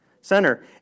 center